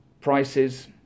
Prices